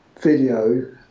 video